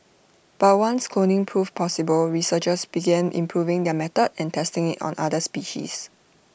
but once cloning proved possible researchers began improving their method and testing IT on other species